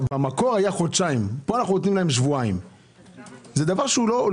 במקור היה חודשיים, פה נותנים להם שבועיים.